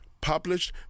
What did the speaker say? published